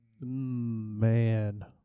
Man